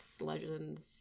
legends